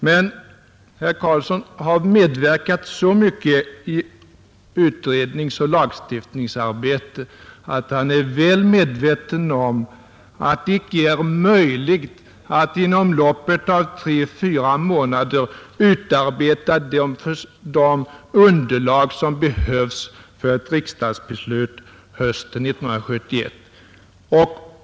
Men herr Carlsson har medverkat så mycket i utredningsoch lagstiftningsarbete, att han är väl medveten om att det inte är möjligt att inom loppet av tre, fyra månader utarbeta det underlag som behövs för ett riksdagsbeslut hösten 1971.